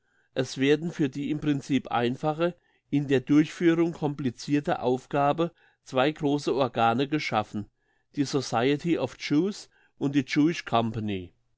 es werden für die im princip einfache in der durchführung complicirte aufgabe zwei grosse organe geschaffen die society of jews und die